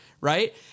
right